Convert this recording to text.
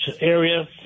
area